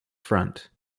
front